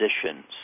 positions